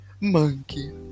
Monkey